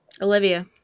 Olivia